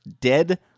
dead